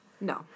No